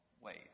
ways